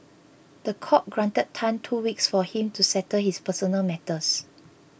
the court granted Tan two weeks for him to settle his personal matters